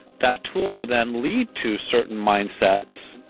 that tool will then lead to certain mindsets,